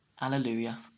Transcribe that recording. alleluia